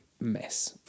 mess